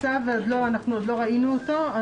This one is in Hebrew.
אנחנו עוד לא ראינו אותו.